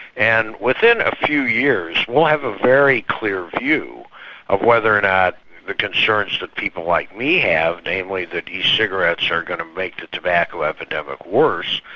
and within a few years we'll have a very clear view of whether or not the concerns that people like me have, namely that e-cigarettes are going to make the tobacco epidemic worse,